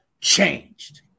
changed